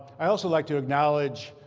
i'd also like to acknowledge